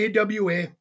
AWA